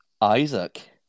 Isaac